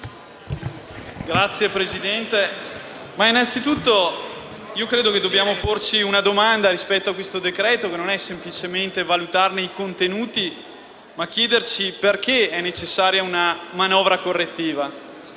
Signor Presidente, innanzi tutto credo dobbiamo porci una domanda rispetto a questo decreto-legge, che non sta semplicemente nel valutarne i contenuti, ma nel chiedersi perché è necessaria una manovra correttiva.